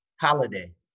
holiday